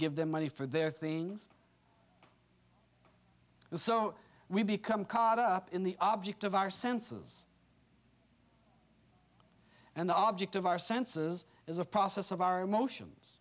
give them money for their things so we become caught up in the object of our senses and the object of our senses is a process of our emotions